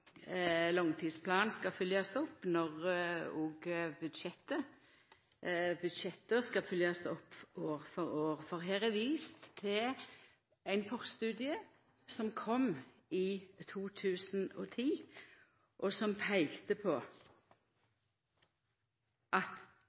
langtidsplanen no skal følgjast opp – og òg når budsjetta skal følgjast opp år etter år. Det er vist til ein forstudie som kom i 2010, der ein peikte på at